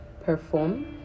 perform